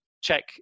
check